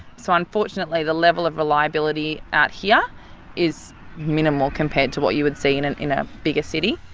so unfortunately the level of reliability out here is minimal compared to what you would see in and in a bigger city.